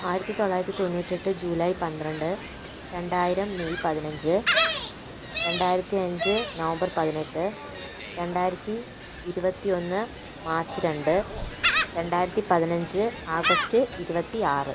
ആയിരത്തി തൊള്ളായിരത്തി തൊണ്ണൂറ്റിയെട്ട് ജൂലൈ പന്ത്രണ്ട് രണ്ടായിരം മെയ് പതിനഞ്ച് രണ്ടായിരത്തി അഞ്ച് നവംബർ പതിനെട്ട് രണ്ടായിരത്തി ഇരുപത്തി ഒന്ന് മാർച്ച് രണ്ട് രണ്ടായിരത്തി പതിനഞ്ച് ആഗസ്റ്റ് ഇരുപത്തി ആറ്